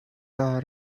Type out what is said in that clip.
are